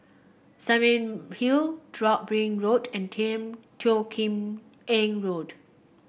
Hill drop bring Road and Teo Kim Eng Road